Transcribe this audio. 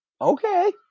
okay